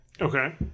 Okay